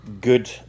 good